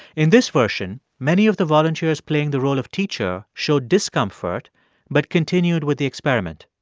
in this version, many of the volunteers playing the role of teacher showed discomfort but continued with the experiment.